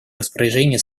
распоряжении